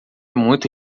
muito